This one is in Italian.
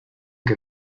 che